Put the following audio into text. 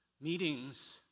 meetings